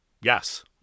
yes